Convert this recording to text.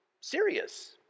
serious